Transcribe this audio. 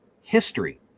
history